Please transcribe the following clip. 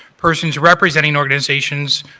persons representing organizations